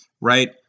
right